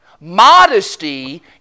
Modesty